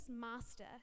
master